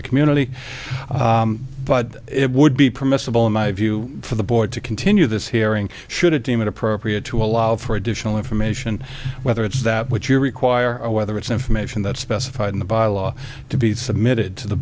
the community but it would be permissible in my view for the board to continue this hearing should it deem it appropriate to allow for additional information whether it's that which you require or whether it's information that's specified in the bylaw to be submitted to the